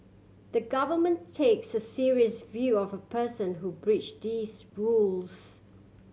the Government takes a serious view of a person who breach these rules